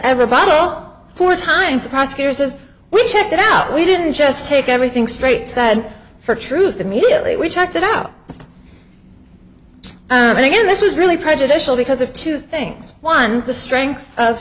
everybody told four times the prosecutor says we checked it out we didn't just take everything straight said for truth immediately we talked it out but again this is really prejudicial because of two things one the strength of